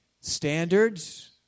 Standards